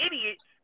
idiots